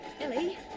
Ellie